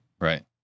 Right